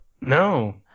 No